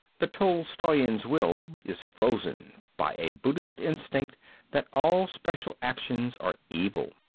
the tolstoyan's will is frozen by a buddhist instinct that all special actions are evil.